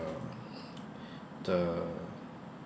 uh the